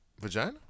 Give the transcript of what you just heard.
Vagina